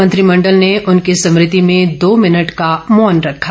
मंत्रिमंडल ने उनकी स्मृति में दो भिनट का मौन रखा